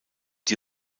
die